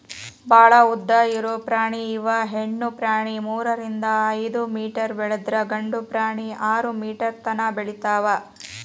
ಭಾಳ ಉದ್ದ ಇರು ಪ್ರಾಣಿ ಇವ ಹೆಣ್ಣು ಪ್ರಾಣಿ ಮೂರರಿಂದ ಐದ ಮೇಟರ್ ಬೆಳದ್ರ ಗಂಡು ಪ್ರಾಣಿ ಆರ ಮೇಟರ್ ತನಾ ಬೆಳಿತಾವ